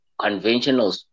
conventional